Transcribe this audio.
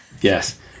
Yes